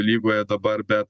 lygoje dabar bet